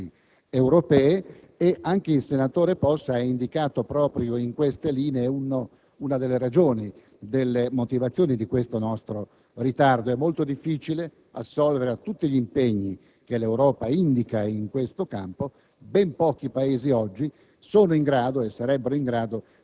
il recepimento e la realizzazione delle linee direttrici europee e anche il senatore Possa ha indicato proprio in tali linee una delle motivazioni del nostro ritardo. È molto difficile assolvere a tutti gli impegni che l'Europa indica in questo campo;